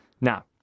Now